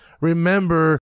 remember